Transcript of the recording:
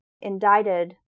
indicted